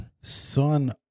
Son